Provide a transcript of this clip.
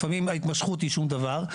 לפעמים ההתמשכו היא שום דבר,